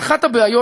אחת הבעיות,